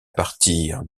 partir